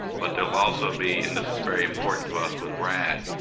but there will also be, and this is very important to us with rad,